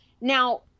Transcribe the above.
Now